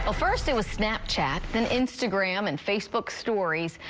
ah first it was snapchat, and instagram and facebook stories.